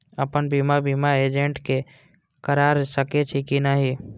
अपन बीमा बिना एजेंट के करार सकेछी कि नहिं?